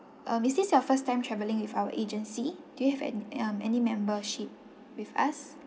um is this your first time travelling with our agency do you have an um any membership with us